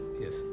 yes